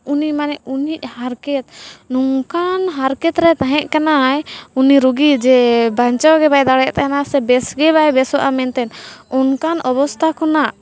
ᱩᱱᱤ ᱢᱟᱱᱮ ᱩᱱᱤ ᱦᱟᱨᱠᱮᱛ ᱱᱚᱝᱠᱟᱱ ᱦᱟᱨᱠᱮᱛᱨᱮ ᱛᱟᱦᱮᱸ ᱠᱟᱱᱟᱭ ᱩᱱᱤ ᱨᱩᱜᱤ ᱡᱮ ᱵᱟᱧᱪᱟᱣᱜᱮ ᱵᱟᱭ ᱫᱟᱲᱮᱭᱟᱜ ᱛᱟᱦᱮᱱᱟ ᱥᱮ ᱵᱮᱥᱜᱮ ᱵᱟᱭ ᱵᱮᱥᱚᱜᱼᱟ ᱢᱮᱱᱛᱮ ᱚᱱᱠᱟᱱ ᱚᱵᱚᱥᱛᱷᱟ ᱠᱷᱚᱱᱟᱜ